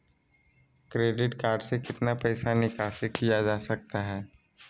Credit card से कितना पैसा निकासी किया जा सकता है?